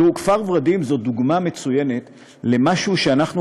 כפר ורדים הוא דוגמה מצוינת למשהו שאנחנו